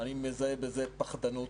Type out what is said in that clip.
אני מזהה בזה פחדנות,